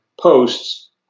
posts